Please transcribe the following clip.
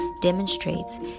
demonstrates